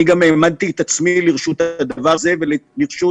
אני גם העמדתי את עצמי לרשות הדבר הזה ולרשות